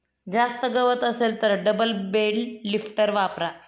जास्त गवत असेल तर डबल बेल लिफ्टर वापरा